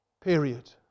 period